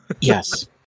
Yes